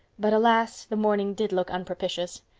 but alas, the morning did look unpropitious.